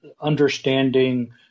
understanding